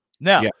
Now